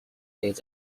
his